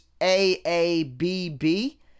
A-A-B-B